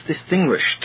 distinguished